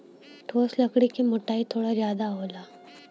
ठोस लकड़ी क मोटाई थोड़ा जादा होला